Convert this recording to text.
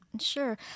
sure